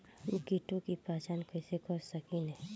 हम कीटों की पहचान कईसे कर सकेनी?